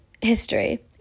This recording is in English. history